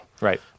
Right